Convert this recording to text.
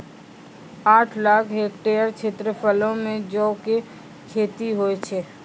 आठ लाख हेक्टेयर क्षेत्रफलो मे जौ के खेती होय छै